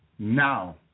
Now